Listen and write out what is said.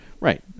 Right